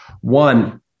One